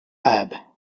abbe